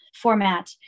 format